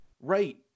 Right